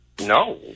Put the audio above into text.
no